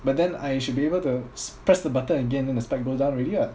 but then I should be able to press the button again then the spike goes out already ah